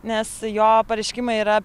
nes jo pareiškimai yra